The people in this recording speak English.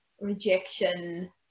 rejection